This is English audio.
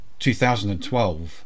2012